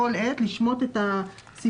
הלאומי (תיקון לוח ח'2 לחוק) (הוראת שעה),